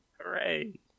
Hooray